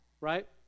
right